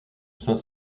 saint